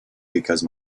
because